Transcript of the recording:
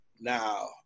now